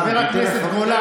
חבר הכנסת גולן,